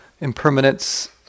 impermanence